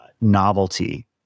novelty